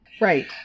Right